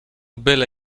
byle